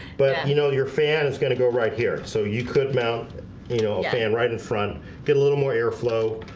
but you know your fan is gonna go right here, so you could mount you know a fan right in front get a little more airflow